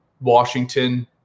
Washington